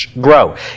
grow